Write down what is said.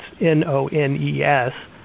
N-O-N-E-S